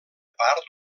part